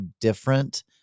different